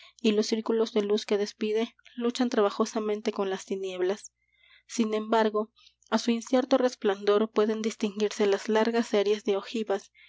y los círculos de luz que despide luchan trabajosamente con las tinieblas sin embargo á su incierto resplandor pueden distinguirse las largas series de ojivas